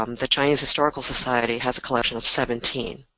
um the chinese historical society has a collection of seventeen.